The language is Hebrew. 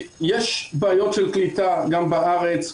יש בעיות של קליטה גם בארץ,